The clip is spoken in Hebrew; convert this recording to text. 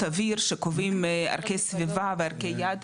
אוויר שקובעים ערכי סביבה וערכי יעד,